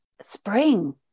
spring